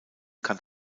kann